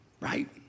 right